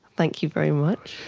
thank you very much.